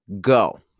go